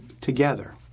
together